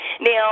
Now